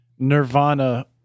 Nirvana